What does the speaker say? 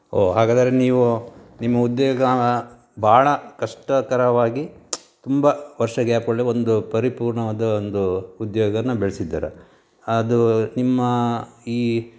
ಓ ಹಾಗಾದರೆ ನೀವು ನಿಮ್ಮ ಉದ್ಯೋಗ ಭಾಳಾ ಕಷ್ಟಕರವಾಗಿ ತುಂಬ ವರ್ಷ ಗ್ಯಾಪ್ ಒಳ್ಳೆ ಒಂದು ಪರಿಪೂರ್ಣವಾದ ಒಂದು ಉದ್ಯೋಗ ಬೆಳೆಸಿದ್ದೀರ ಅದೂ ನಿಮ್ಮಾ ಈ